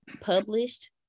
published